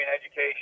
education